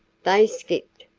they skipped,